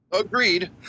Agreed